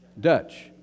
Dutch